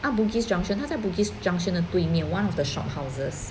ah bugis junction 他在 bugis junction 的对面 one of the shophouses